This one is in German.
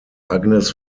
agnes